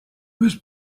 was